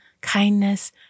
kindness